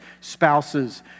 spouses